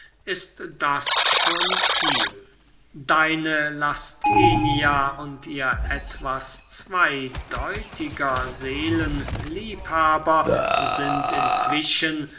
ist das schon viel deine lasthenia und ihr etwas zweydeutiger seelenliebhaber sind inzwischen